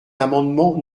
l’amendement